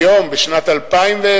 היום, בשנת 2010,